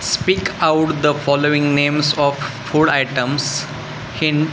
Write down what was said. speak out the following names of food items hint